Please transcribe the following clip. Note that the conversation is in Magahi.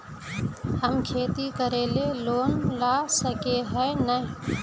हम खेती करे ले लोन ला सके है नय?